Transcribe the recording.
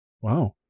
wow